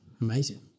amazing